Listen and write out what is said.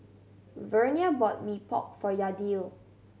Vernia bought Mee Pok for Yadiel